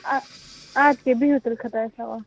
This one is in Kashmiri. آ اَدٕ کیٛاہ بِہِو تیٚلہِ خدایَس حوال